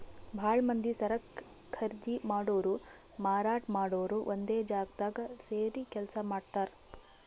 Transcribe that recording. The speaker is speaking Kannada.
ಭಾಳ್ ಮಂದಿ ಸರಕ್ ಖರೀದಿ ಮಾಡೋರು ಮಾರಾಟ್ ಮಾಡೋರು ಒಂದೇ ಜಾಗ್ದಾಗ್ ಸೇರಿ ಕೆಲ್ಸ ಮಾಡ್ತಾರ್